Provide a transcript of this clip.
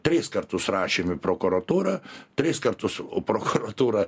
tris kartus rašėm į prokuratūrą tris kartus o prokuratūra